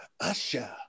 usher